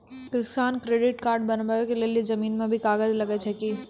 किसान credit card बनबा के लेल जमीन के भी कागज लागै छै कि?